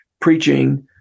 preaching